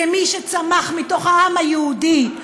כמי שצמח מתוך העם היהודי,